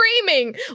screaming